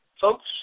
folks